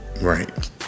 right